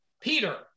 Peter